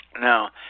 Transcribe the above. Now